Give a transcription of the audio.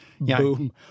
Boom